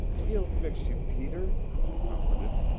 he'll fix you, peter, she comforted.